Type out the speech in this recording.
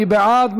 מי בעד?